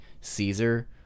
Caesar